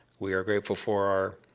we are grateful for our